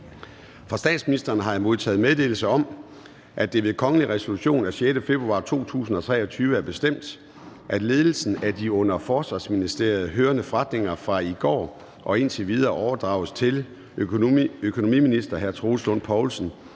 Fra statsministeren har jeg modtaget meddelelse om, at det ved kongelig resolution af 6. februar 2023 er bestemt, at ledelsen af de under Forsvarsministeriets hørende forretninger fra i går og indtil videre overdrages til økonomiminister Troels Lund Poulsen.